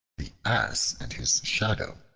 the ass and his shadow